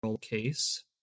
case